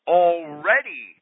already